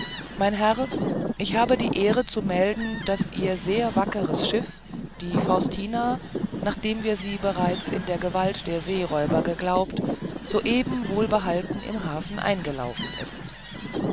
mein herr ich habe die ehre zu melden daß ihr sehr wackeres schiff die faustina nachdem wir sie bereits in der gewalt der seeräuber geglaubt soeben wohlbehalten im hafen eingelaufen ist